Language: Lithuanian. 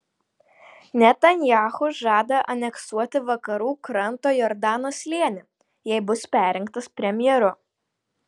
netanyahu žada aneksuoti vakarų kranto jordano slėnį jei bus perrinktas premjeru